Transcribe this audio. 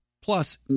Plus